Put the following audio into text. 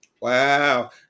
Wow